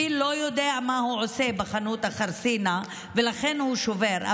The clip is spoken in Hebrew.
הפיל לא יודע מה הוא עושה בחנות החרסינה ולכן הוא שובר,